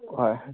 ہَے ہَے